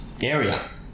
area